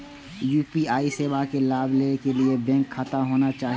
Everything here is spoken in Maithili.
यू.पी.आई सेवा के लाभ लै के लिए बैंक खाता होना चाहि?